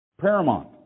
Paramount